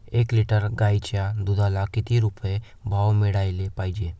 एक लिटर गाईच्या दुधाला किती रुपये भाव मिळायले पाहिजे?